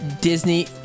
Disney